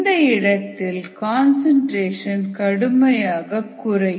இந்த இடத்தில் கன்சன்ட்ரேஷன் கடுமையாக குறையும்